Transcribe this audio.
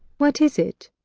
what is it?